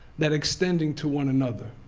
that extending to one another.